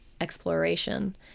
exploration